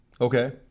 Okay